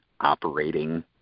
operating